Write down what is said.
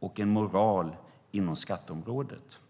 och en moral inom skatteområdet.